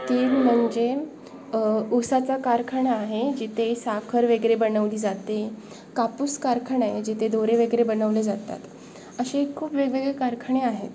ती म्हणजे ऊसाचा कारखाना आहे जिथे साखर वगैरे बनवली जाते कापूस कारखाना आहे जिथे दोरे वगैरे बनवले जातात असे खूप वेगवेगळे कारखाने आहेत